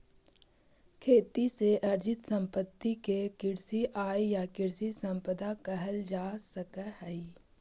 खेती से अर्जित सम्पत्ति के कृषि आय या कृषि सम्पदा कहल जा सकऽ हई